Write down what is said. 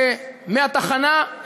מהתחנה,